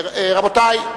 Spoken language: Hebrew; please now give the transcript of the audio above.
רבותי,